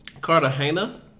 Cartagena